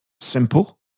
simple